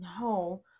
No